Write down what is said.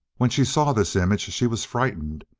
when she saw this image she was frightened,